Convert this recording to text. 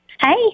Hey